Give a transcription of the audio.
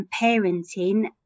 parenting